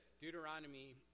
Deuteronomy